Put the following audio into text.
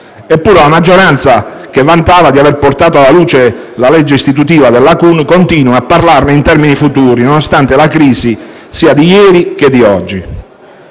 Eppure la maggioranza, che vantava di aver portato alla luce la legge istitutiva della CUN, continua a parlarne in termini futuri, nonostante la crisi passata e attuale.